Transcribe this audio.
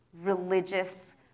religious